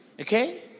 okay